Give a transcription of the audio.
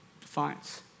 Defiance